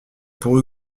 pour